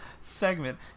segment